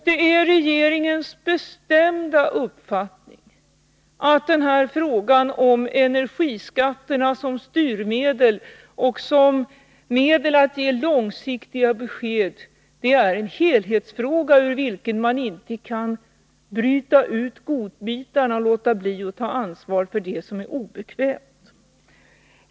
Det är regeringens bestämda uppfattning att frågan om energiskatterna som styrmedel och som medel för att ge långsiktiga besked är en helhetsfråga, ur vilken man inte kan bryta ut godbitarna och låta bli att ta ansvar för det som är obekvämt.